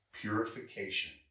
purification